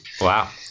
Wow